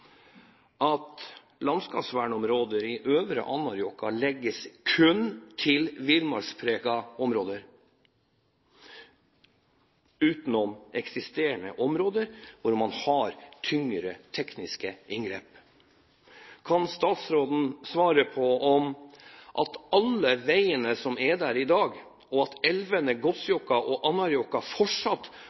om landskapsvernområder i Øvre Anárjohka kun legges til villmarkspregede områder, utenom eksisterende områder hvor man har tyngre tekniske inngrep? Kan statsråden svare på om alle de veiene som er der i dag, og elvene Gossjohka og Anárjohka, fortsatt